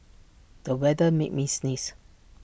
the weather made me sneeze